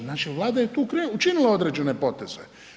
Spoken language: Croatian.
Znači Vlada je tu učinila određene poteze.